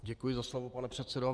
Děkuji za slovo, pane předsedo.